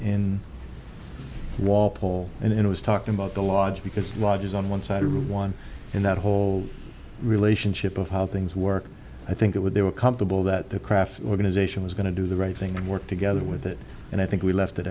in walpole and it was talked about the large because lodges on one side are one in that whole relationship of how things work i think it would they were comfortable that the craft organization was going to do the right thing and work together with it and i think we left it